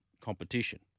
competition